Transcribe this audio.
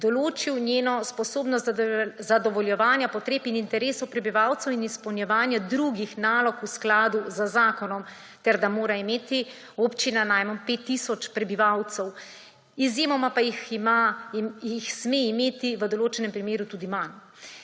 določil njeno sposobnost zadovoljevanja potreb in interesov prebivalcev in izpolnjevanja drugih nalog v skladu z zakonom ter da mora imeti občina najmanj 5 tisoč prebivalcev, izjemoma pa jih sme imeti v določenem primeru tudi manj.